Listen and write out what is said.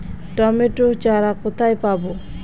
Tomato চারা কোথায় পাবো?